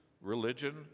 religion